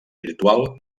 virtual